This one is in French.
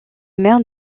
mère